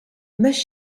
must